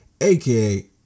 aka